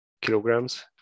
kilograms